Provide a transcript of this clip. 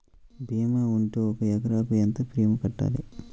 భీమా ఉంటే ఒక ఎకరాకు ఎంత ప్రీమియం కట్టాలి?